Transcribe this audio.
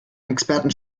experten